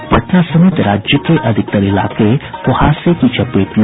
और पटना समेत राज्य के अधिकतर इलाके कुहासे की चपेट में